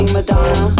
Madonna